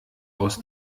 aus